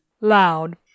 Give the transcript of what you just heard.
Loud